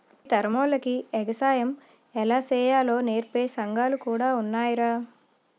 ఈ తరమోల్లకి ఎగసాయం ఎలా సెయ్యాలో నేర్పే సంగాలు కూడా ఉన్నాయ్రా